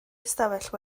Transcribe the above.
ystafell